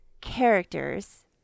characters